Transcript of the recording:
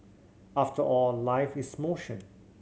after all life is motion